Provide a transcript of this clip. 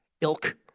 ilk